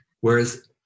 Whereas